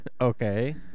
Okay